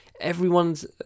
everyone's